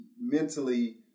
mentally